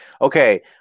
okay